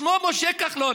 ושמו משה כחלון.